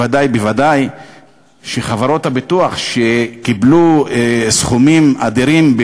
וודאי וודאי שחברות הביטוח שקיבלו סכומים אדירים,